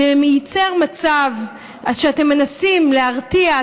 זה ייצר מצב שאתם מנסים להרתיע,